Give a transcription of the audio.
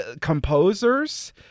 composers